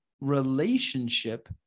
relationship